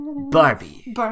Barbie